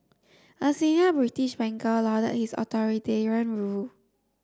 a senior British banker lauded his authoritarian rule